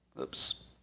Oops